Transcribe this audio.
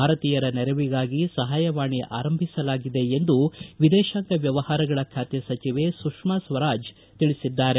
ಭಾರತೀಯರ ನೆರವಿಗಾಗಿ ಸಹಾಯವಾಣಿ ಆರಂಭಿಸಲಾಗಿದೆ ಎಂದು ವಿದೇಶಾಂಗ ವ್ಯವಹಾರಗಳ ಖಾತೆ ಸಚಿವೆ ಸುಷ್ಕಾ ಸ್ವರಾಜ್ ತಿಳಿಸಿದ್ದಾರೆ